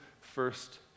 first